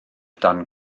dan